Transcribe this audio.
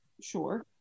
Sure